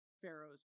pharaoh's